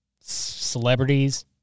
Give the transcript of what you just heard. celebrities